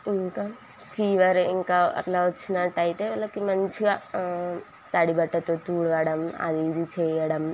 ఇంకా ఫీవర్ ఇంకా అట్లా వచ్చినట్టయితే వాళ్ళకి మంచిగా తడి బట్టతో తుడవడం అది ఇది చేయడం